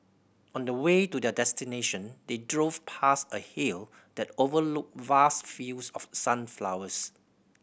on the way to their destination they drove past a hill that overlooked vast fields of sunflowers